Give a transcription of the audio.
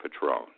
Patron